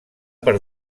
per